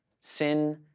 Sin